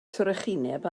trychineb